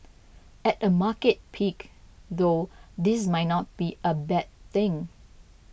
at a market peak though this might not be a bad thing